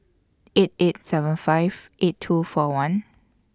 eight eight seven five eight two four one